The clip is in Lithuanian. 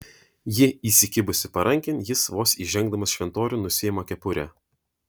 ji įsikibusi parankėn jis vos įžengdamas šventoriun nusiima kepurę